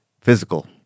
Physical